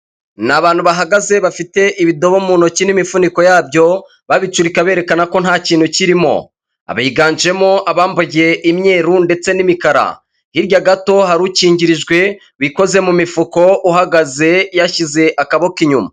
Ni abantu bahagaze bafite ibidobo mu ntoki n'imifuniko yabyo babicurika berekana ko nta kintu kirimo, biganjemo abambaye imyeru ndetse n'imikara hirya gato hari ukingirijwe bikoze mu mifuko uhagaze yashyize akaboko inyuma.